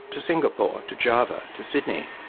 to singapore, to java, to sydney,